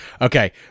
okay